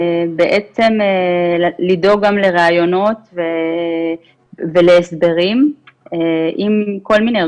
לדאוג גם לריאיונות ולהסברים עם כל מיני,